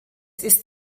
ist